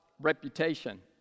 reputation